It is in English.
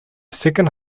second